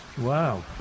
Wow